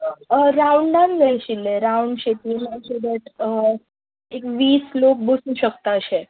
राउंडान जाय आशिल्लें राउंड शेपीन सो डेट एक वीस लोक बसूंक शकता अशे